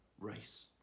race